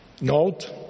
Note